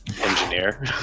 Engineer